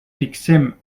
fixem